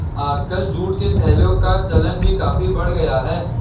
आजकल जूट के थैलों का चलन भी काफी बढ़ गया है